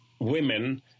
women